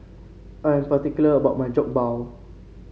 I am particular about my Jokbal